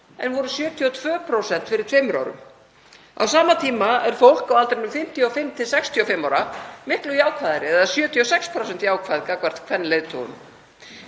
en voru 72% fyrir tveimur árum. Á sama tíma er fólk á aldrinum 55–65 ára miklu jákvæðara, eða 76% jákvæð gagnvart kvenleiðtogum.